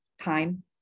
time